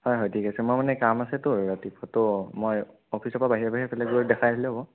হয় হয় ঠিক আছে মই মানে কাম আছেতো ৰাতিপুৱা ত' মই অফিচৰ পৰা বাহিৰে বাহিৰে সেইফালে গৈ দেখাই আহিলেও হ'ব